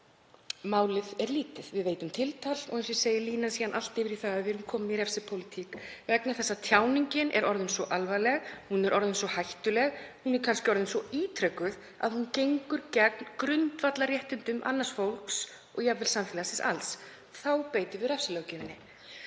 málið er lítið. Við veitum tiltal og svo liggur línan allt yfir í það að við erum komin í refsipólitík vegna þess að tjáningin er orðin svo alvarleg, svo hættuleg og kannski orðin svo ítrekuð að hún gengur gegn grundvallarréttindum annars fólks og jafnvel samfélagsins alls. Þá beitum við refsilöggjöfinni.